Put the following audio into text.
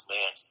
Man